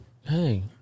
hey